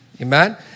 Amen